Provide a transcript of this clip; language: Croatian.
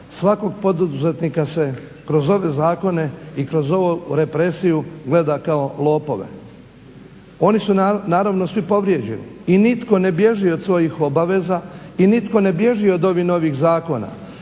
svakog poduzetnika se kroz ove zakone i kroz ovu represiju gleda kao lopove. Oni su naravno svi povrijeđeni i nitko ne bježi od svojih obaveza i nitko ne bježi od ovih novih zakona,